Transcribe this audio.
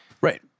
Right